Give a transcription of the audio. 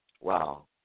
Wow